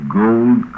gold